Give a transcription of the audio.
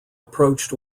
approached